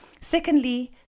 secondly